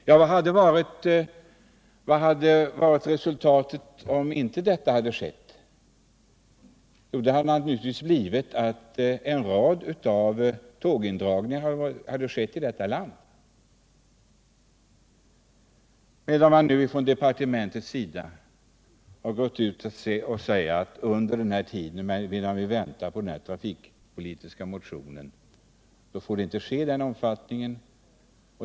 Ja, vad hade resultatet blivit om detta inte hade skett? Jo, naturligtvis att en rad av tågindragningar hade genomförts i vårt land. I stället har nu departementet förklarat att sådana inte får ske i större omfattning under den tid som vi väntar på den trafikpolitiska propositionen.